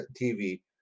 TV